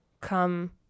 come